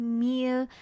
meal